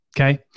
Okay